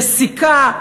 נסיקה,